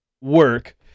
work